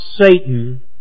Satan